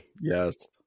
yes